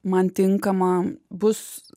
man tinkama bus